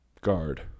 Guard